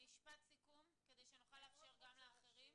משפט סיכום כדי שנוכל לאפשר גם לאחרים.